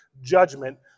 judgment